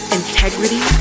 integrity